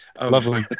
Lovely